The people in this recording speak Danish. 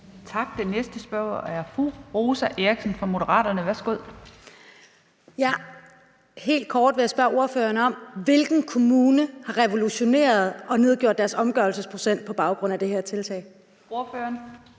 Værsgo. Kl. 10:12 Rosa Eriksen (M): Helt kort vil jeg spørge ordføreren om, hvilken kommune der har revolutioneret og nedsat deres omgørelsesprocent på baggrund af det her tiltag. Kl.